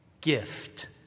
gift